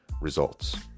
results